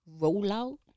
rollout